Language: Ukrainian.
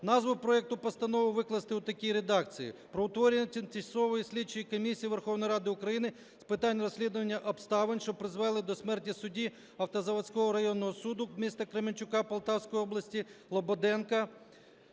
назву проекту постанови викласти у такій редакції "Про утворення Тимчасової слідчої комісії Верховної Ради України з питань розслідування обставин, що призвели до смерті судді Автозаводського районного суду міста Кременчука Полтавської області Лободенка